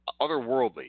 otherworldly